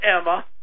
Emma